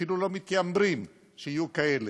אפילו אין מתיימרים שיהיו כאלה.